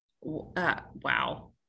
wow